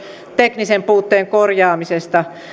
teknisen puutteen korjaamisesta